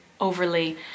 overly